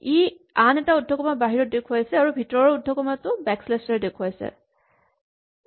ই আন এটা উদ্ধকমা বাহিৰত দেখুৱাইছে আৰু ভিতৰৰ উদ্ধকমাটো বেকশ্লেচ ৰে দেখুৱাই দিছে